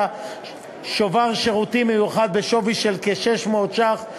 שובר שירותים מיוחד בשווי של כ-600 ש"ח.